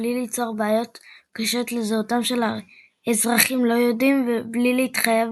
בלי ליצור בעיות קשות לזהותם של אזרחים לא־יהודים ובלי להתחייב